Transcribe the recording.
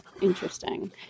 Interesting